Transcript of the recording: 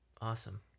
Awesome